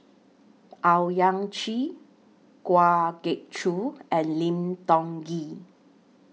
Owyang Chi Kwa Geok Choo and Lim Tiong Ghee